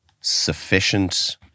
sufficient